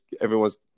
everyone's